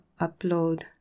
upload